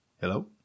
Hello